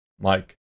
Mike